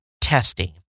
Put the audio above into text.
testing